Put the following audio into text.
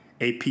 AP